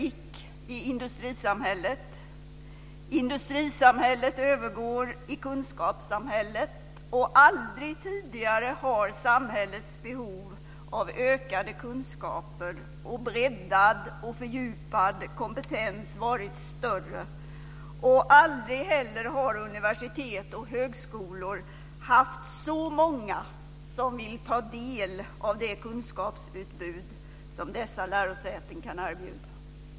Industrisamhället övergår i kunskapssamhället. Aldrig tidigare har samhällets behov av ökade kunskaper och breddad och fördjupad kompetens varit större. Aldrig har heller universitet och högskolor haft så många som vill ta del av det kunskapsutbud som dessa lärosäten kan erbjuda.